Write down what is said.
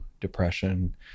depression